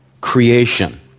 creation